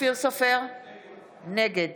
נגד